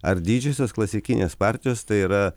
ar didžiosios klasikinės partijos tai yra